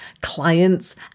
clients